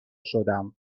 شدم